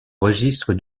registre